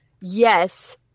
yes